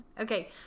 Okay